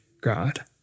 God